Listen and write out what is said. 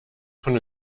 von